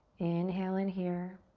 inhale in here.